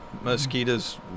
mosquitoes